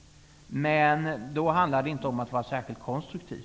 -- men då handlar det inte om att man är särskilt konstruktiv.